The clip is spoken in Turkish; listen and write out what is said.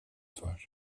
var